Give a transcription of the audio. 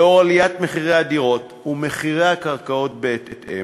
לאור עליית מחירי הדירות, ומחירי הקרקעות בהתאם,